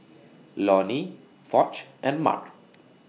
Lonny Foch and Mark